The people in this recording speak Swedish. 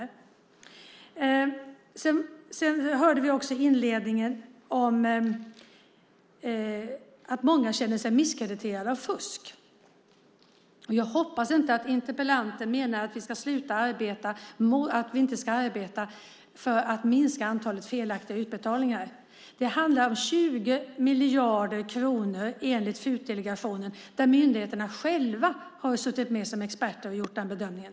Vi hörde också i inledningen om att många känner sig misskrediterade och anklagade för fusk. Jag hoppas inte att interpellanten menar att vi inte ska arbete för att minska antalet felaktiga utbetalningar. Det handlar enligt FUT-delegationen om 20 miljarder kronor. Där har myndigheterna själva suttit med och gjort den bedömningen.